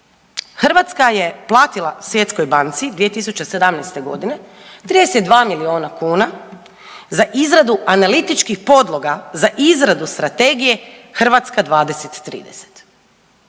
Hrvatska je platila Svjetskoj banci 2017. g. 32 milijuna kuna za izradu analitičkih podloga za izradu strategije Hrvatska '20.-'30.